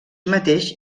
mateix